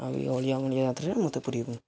ଆଉ ଏ ଅଳିଆ ମଳିଆ ଗାତରେ ମୋତେ ପୁରେଇବୁନୁ